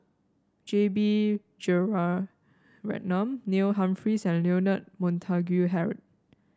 J B Jeyaretnam Neil Humphreys and Leonard Montague Harrod